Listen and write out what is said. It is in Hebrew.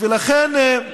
לכן,